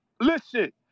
Listen